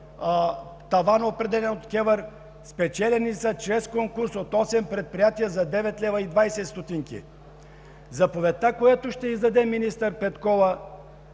таван определен от КЕВР, спечелени са чрез конкурс от осем предприятия за 9,20 лв. Заповедта, която ще издаде министър Петкова